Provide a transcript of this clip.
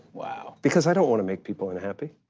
wow. because i don't wanna make people unhappy.